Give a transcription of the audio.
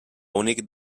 únic